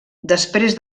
després